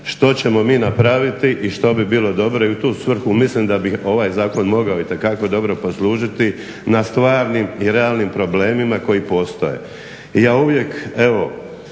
što ćemo mi napraviti i što bi bilo dobro i u tu svrhu mislim da bi ovaj zakon mogao itekako dobro poslužiti na stvarnim i realnim problemima koji postoje. I ja uvijek, evo